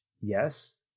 yes